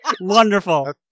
Wonderful